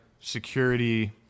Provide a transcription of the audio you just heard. security